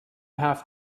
have